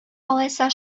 алайса